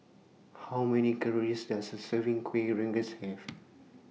How Many Calories Does A Serving Kueh Rengas Have